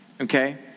okay